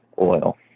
oil